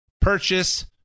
purchase